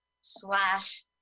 slash